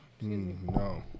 no